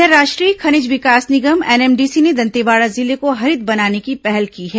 इधर राष्ट्रीय खनिज विकास निगम एनएमडीसी ने दंतेवाड़ा जिले को हरित बनाने की पहल की है